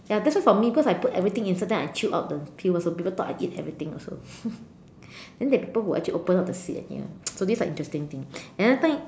ya that's why for me because I put everything inside then I chew out the peel also people thought I eat everything also then there are people who actually open up the seed and eat ya so these are the interesting things another time